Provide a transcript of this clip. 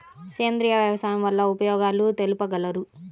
సేంద్రియ వ్యవసాయం వల్ల ఉపయోగాలు తెలుపగలరు?